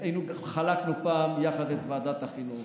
חלקנו כאן פעם יחד את ועדת החינוך,